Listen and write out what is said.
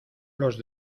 los